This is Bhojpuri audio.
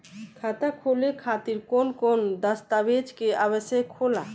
खाता खोले खातिर कौन कौन दस्तावेज के आवश्यक होला?